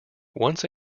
once